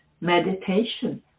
meditation